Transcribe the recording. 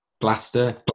Blaster